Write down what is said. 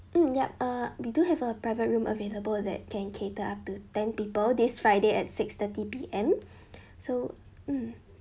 mm yup uh we do have a private room available that can cater up to ten people this friday at six thirty P_M so mm